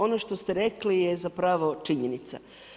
Ono što ste rekli je zapravo činjenica.